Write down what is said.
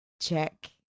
check